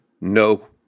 No